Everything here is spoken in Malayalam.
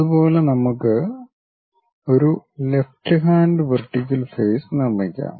അതുപോലെ നമുക്ക് ഒരു ലെഫ്റ്റ് ഹാൻഡ് വെർട്ടിക്കൽ ഫേസ് നിർമ്മിക്കാം